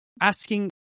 Asking